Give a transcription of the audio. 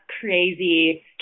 crazy